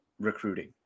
recruiting